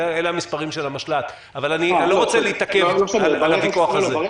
אלה המספרים של המשל"ט אבל אני לא רוצה להתעכב בוויכוח הזה.